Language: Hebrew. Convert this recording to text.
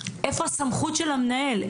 איפה הסמכות של המנהל?